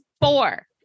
four